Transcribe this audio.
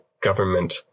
government